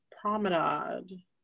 promenade